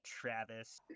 Travis-